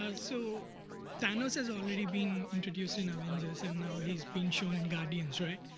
ah so thanos has already been introduced in avengers and now he's been shown in guardians, right?